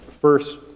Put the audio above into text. first